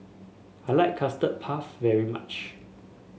I like Custard Puff very much